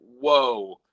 whoa